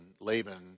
Laban